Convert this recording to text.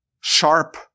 sharp